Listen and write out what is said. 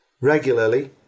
regularly